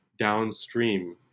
downstream